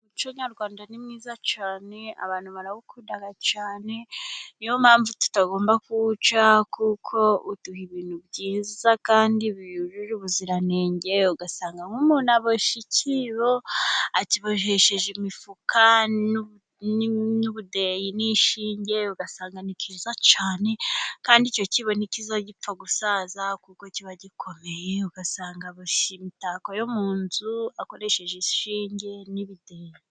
Umuco nyarwanda ni mwiza cyane, abantu barawukunda cyane niyo mpamvu tutagomba kuwuca, kuko uduha ibintu byiza kandi byujuje ubuziranenge, ugasanga nk'umuntu aboshye ikibo akibohesheje imifuka n'ubudeyi n'ishinge, ugasanga ni cyiza cyane kandi icyo kibo ntikijya gipfa gusaza, kuko kiba gikomeye usanga aboshye imitako yo mu nzu, akoresheje inshinge n'ibideyi.